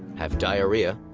have diarrhea,